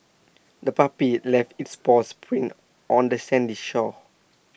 the puppy left its paws prints on the sandy shore